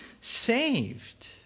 saved